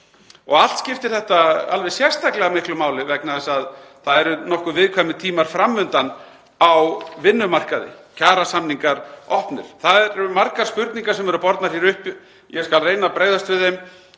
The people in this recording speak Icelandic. Allt skiptir þetta alveg sérstaklega miklu máli vegna þess að það eru nokkuð viðkvæmir tímar fram undan á vinnumarkaði og kjarasamningar opnir. Margar spurningar eru bornar hér upp og ég skal reyna að bregðast við þeim